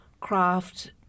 craft